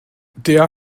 der